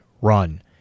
run